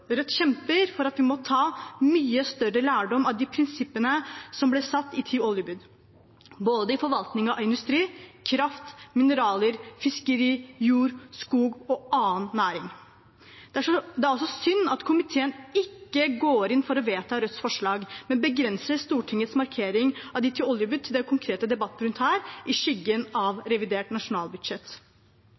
vi må ta mye større lærdom av de prinsippene som ble satt i de ti oljebud – i forvaltningen av både industri, kraft, mineraler, fiskeri, jord, skog og annen næring. Det er også synd at komiteen ikke går inn for å vedta Rødts forslag, men begrenser Stortingets markering av de ti oljebud til den konkrete debatten her, i skyggen av revidert nasjonalbudsjett.